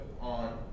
on